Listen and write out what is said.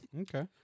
Okay